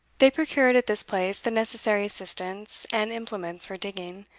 they procured at this place the necessary assistance and implements for digging,